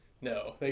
No